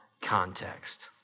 context